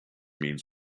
means